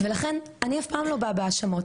לכן אני אף פעם לא באה בהאשמות,